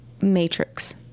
Matrix